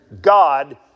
God